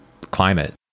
climate